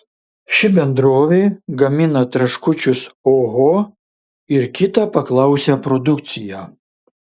ši bendrovė gamina traškučius oho ir kitą paklausią produkciją